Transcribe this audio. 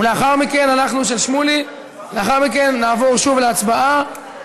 ולאחר מכן נעבור להצבעה.